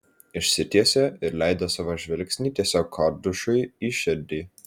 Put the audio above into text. išsitiesė ir leido savo žvilgsnį tiesiog kordušui į širdį